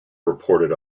reported